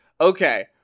okay